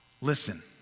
listen